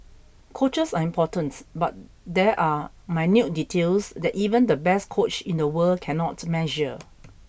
coaches are important but there are minute details that even the best coach in the world cannot measure